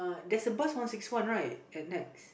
there's a bus one six one right at Nex